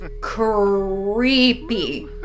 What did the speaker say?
creepy